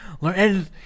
learn